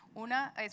Una